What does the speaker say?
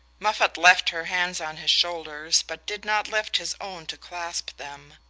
moffatt left her hands on his shoulders, but did not lift his own to clasp them.